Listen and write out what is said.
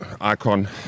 Icon